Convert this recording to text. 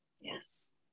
Yes